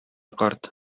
карт